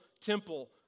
temple